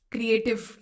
Creative